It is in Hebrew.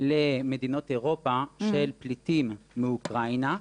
למדינות אירופה, של פליטים מאוקראינה.